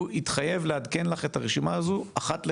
הוא יתחייב לעדכן לך את הרשימה הזו אחת לרבעון.